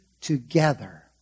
together